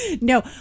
No